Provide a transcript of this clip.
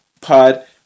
pod